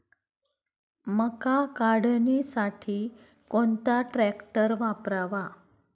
मका काढणीसाठी कोणता ट्रॅक्टर वापरावा?